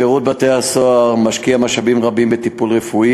שירות בתי-הסוהר משקיע משאבים רבים בטיפול רפואי